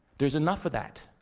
there's enough of that.